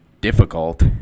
Difficult